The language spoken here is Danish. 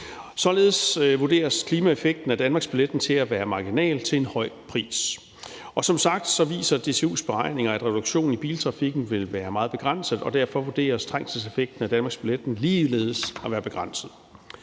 Således vurderes klimaeffekten af danmarksbilletten at være marginal til en høj pris. Og som sagt viser DTU's beregninger, at reduktionen af biltrafikken vil være meget begrænset, og derfor vurderes trængselseffekten af danmarksbilletten ligeledes at være begrænset.